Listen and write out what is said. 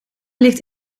ligt